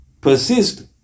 persist